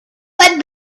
but